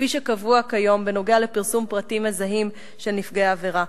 כפי שקבוע כיום בנוגע לפרסום פרטים מזהים של נפגעי עבירה.